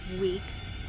week's